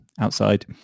outside